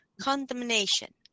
condemnation